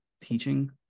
teaching